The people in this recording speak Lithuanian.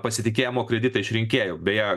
pasitikėjimo kreditą iš rinkėjų beje